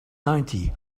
ninety